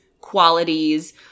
qualities